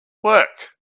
work